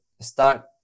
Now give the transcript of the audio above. start